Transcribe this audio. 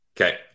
Okay